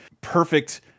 perfect